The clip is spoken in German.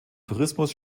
tourismus